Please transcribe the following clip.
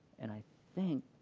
and i think